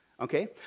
Okay